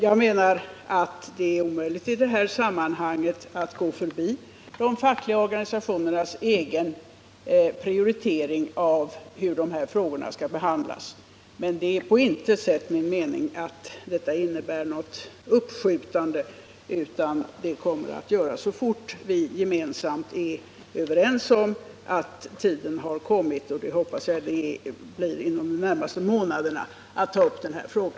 Jag menar att det i detta sammanhang är omöjligt att gå förbi de fackliga organisationernas egen prioritering av hur dessa frågor skall behandlas. Men det är på intet sätt min mening att detta skall innebära ett uppskjutande, utan denna fråga kommer att tas upp så fort vi är överens om att tiden har kommit, och det hoppas jag blir inom de närmaste månaderna.